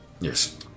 Yes